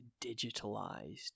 digitalized